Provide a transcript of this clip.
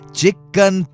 chicken